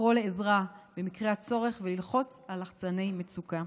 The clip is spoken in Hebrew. לקרוא לעזרה במקרה הצורך וללחוץ על לחצני מצוקה.